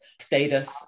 status